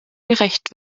gerecht